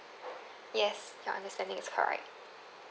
yes your understanding is correct